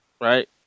right